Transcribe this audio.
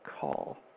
Call